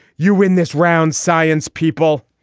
you win this round science people.